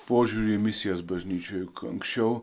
požiūrį misijos bažnyčioje anksčiau